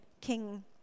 king